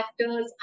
actors